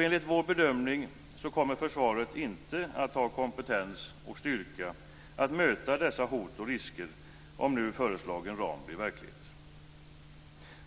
Enligt vår bedömning kommer försvaret inte att ha kompetens och styrka att möta dessa hot och risker, om nu föreslagen ram blir verklighet.